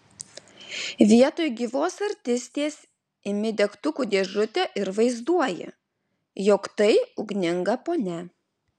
vietoj gyvos artistės imi degtukų dėžutę ir vaizduoji jog tai ugninga ponia